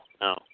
no